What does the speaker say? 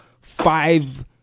five